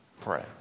Pray